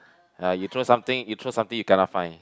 uh you throw something you throw something you kena fine